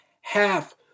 half